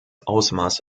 ausmaß